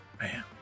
man